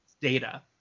data